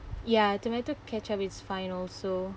ya tomato ketchup is fine also